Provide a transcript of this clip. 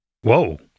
whoa